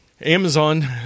Amazon